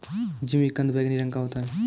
जिमीकंद बैंगनी रंग का होता है